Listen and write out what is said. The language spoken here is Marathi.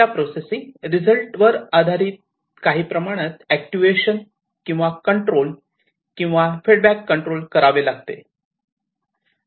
डेटा प्रोसेसिंग रिझल्ट वर आधारित काही प्रमाणात अॅक्ट ट्युएशन किंवा कंट्रोल किंवा फीडबॅक कंट्रोल करावे लागते